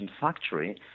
factory